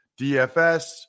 DFS